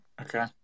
Okay